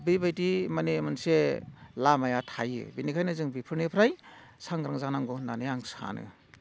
बेबायदि माने मोनसे लामाया थायो बेनिखायनो जों बेफोरनिफ्राय सांग्रां जानांगौ होननानै आं सानो